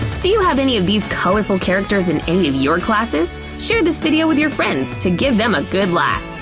do you have any of these colorful characters in any of your classes? share this video with your friends to give them a good laugh!